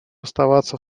оставаться